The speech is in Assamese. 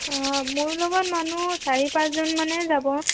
অঁ মোৰ লগত মানুহ চাৰি পাঁচজন মানে যাব